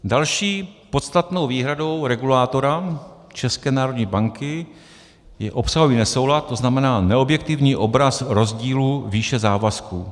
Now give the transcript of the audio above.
Další podstatnou výhradou regulátora, České národní banky, je obsahový nesoulad, to znamená neobjektivní obraz rozdílů výše závazků.